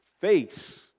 face